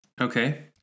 okay